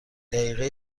دقیقه